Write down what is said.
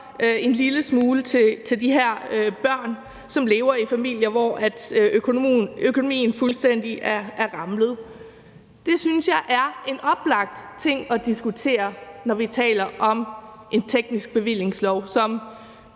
en lille smule til de her børn, som lever i familier, hvor økonomien fuldstændig er ramlet sammen. Det synes jeg er en oplagt ting at diskutere, når vi taler om en teknisk bevillingslov. Man